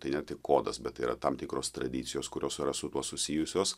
tai ne tik kodas bet tai yra tam tikros tradicijos kurios yra su tuo susijusios